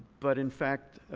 but, in fact,